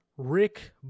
Rick